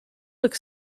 look